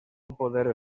poder